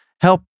help